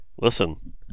Listen